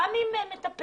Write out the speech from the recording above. גם עם מטפלת